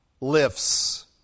lifts